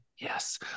Yes